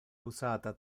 usata